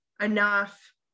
enough